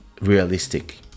realistic